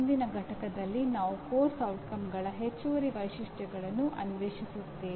ಮುಂದಿನ ಪಠ್ಯದಲ್ಲಿ ನಾವು ಪಠ್ಯಕ್ರಮದ ಪರಿಣಾಮಗಳ ಹೆಚ್ಚುವರಿ ವೈಶಿಷ್ಟ್ಯಗಳನ್ನು ಅನ್ವೇಷಿಸುತ್ತೇವೆ